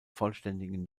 vollständigen